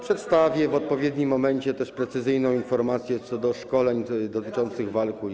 Przedstawię w odpowiednim momencie też precyzyjną informację co do szkoleń dotyczących walk ulicznych.